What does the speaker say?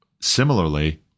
similarly